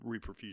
reperfusion